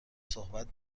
صحبت